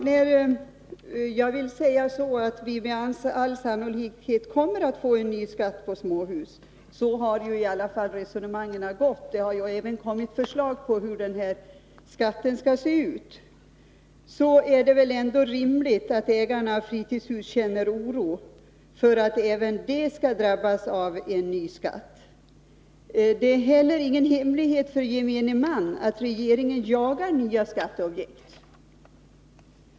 Herr talman! Jag vill säga att vi med all sannolikhet kommer att få en ny skatt på småhus. Så har i alla fall resonemangen gått. Det har även kommit förslag på hur den här skatten skall se ut. Då är det väl ändå rimligt att ägarna av fritidshus känner oro för att även de skall drabbas av en ny skatt. Det är inte heller någon hemlighet för gemene man att regeringen jagar nya skatteobjekt.